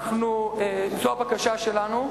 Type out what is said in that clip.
זאת הבקשה שלנו.